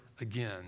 again